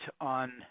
on